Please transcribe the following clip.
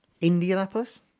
Indianapolis